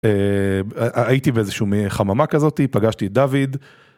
הייתי באיזושהי חממה כזאת, פגשתי את דוד.